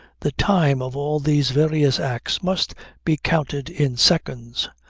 the time of all these various acts must be counted in seconds.